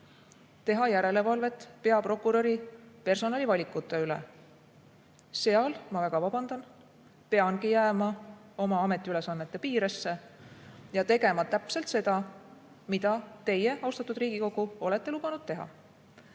teha järelevalvet peaprokuröri personalivalikute üle – seal, ma väga vabandan, peangi jääma oma ametiülesannete piiresse ja tegema täpselt seda, mida teie, austatud Riigikogu, olete lubanud teha. Mis